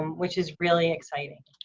which is really exciting.